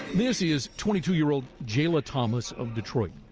this is twenty two year old jaylah thomas of detroit.